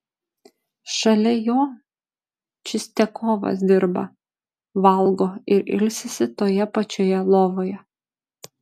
šalia jo čistiakovas dirba valgo ir ilsisi toje pačioje lovoje